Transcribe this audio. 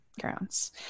grounds